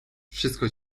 wszystko